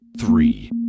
three